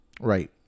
Right